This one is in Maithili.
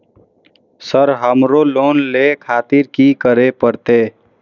सर हमरो लोन ले खातिर की करें परतें?